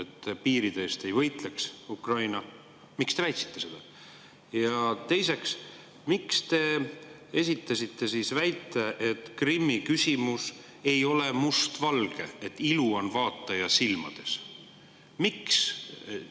et piiride eest ei võitleks Ukraina? Miks te väitsite seda? Ja teiseks, miks te esitasite siis väite, et Krimmi küsimus ei ole mustvalge, et ilu on vaataja silmades? Miks